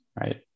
Right